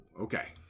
okay